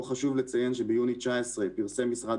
פה חשוב לציין שביוני 2019 פרסם משרד